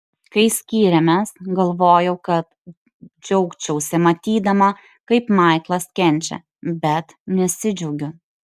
kai skyrėmės galvojau kad džiaugčiausi matydama kaip maiklas kenčia bet nesidžiaugiu